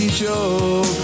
joke